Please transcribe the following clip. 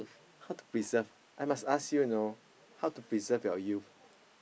how to preserve I must ask you know how to preserve your youth